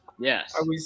Yes